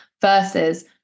versus